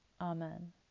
Amen